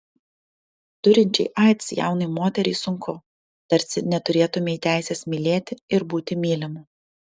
turinčiai aids jaunai moteriai sunku tarsi neturėtumei teisės mylėti ir būti mylimu